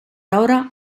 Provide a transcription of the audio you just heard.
ahora